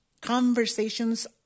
conversations